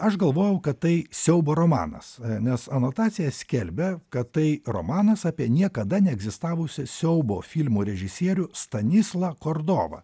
aš galvojau kad tai siaubo romanas nes anotacija skelbia kad tai romanas apie niekada neegzistavusį siaubo filmų režisierių stanislą kordovą